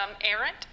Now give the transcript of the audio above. errant